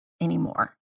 anymore